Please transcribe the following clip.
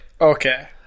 Okay